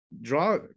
draw